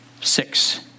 six